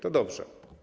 To dobrze.